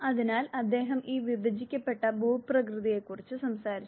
അതിനാൽ അദ്ദേഹം ഈ വിഭജിക്കപ്പെട്ട ഭൂപ്രകൃതിയെക്കുറിച്ച് സംസാരിച്ചു